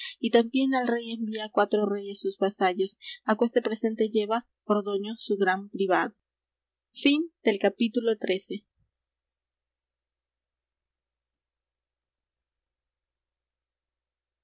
y también al rey envía cuatro reyes sus vasallos aqueste presente lleva ordoño su gran privado